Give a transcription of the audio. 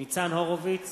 ניצן הורוביץ,